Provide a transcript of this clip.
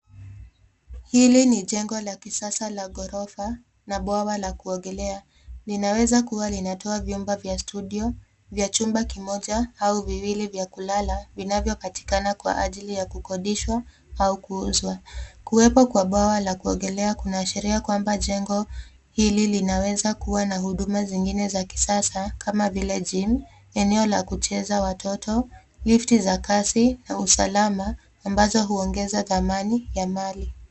Hili ni jengo la kisasa la ghorofa na bwawa la kuogelea. Linaweza kuwa linatoa vyumba vya studio, vya chumba kimoja au viwili vya kulala vinavyopatikana kwa ajili ya kukodishwa au kuuzwa. Kuwepo kwa bwawa la kuogelea kunaashiria kwamba jengo hili linaweza kuwa na huduma zingine za kisasa kama vile gym , eneo la kucheza watoto, lifti za kasi na usalama ambazo huongeza dhamani ya mali.